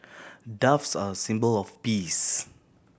doves are a symbol of peace